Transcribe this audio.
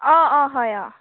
অঁ অঁ হয় অঁ